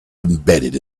embedded